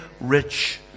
rich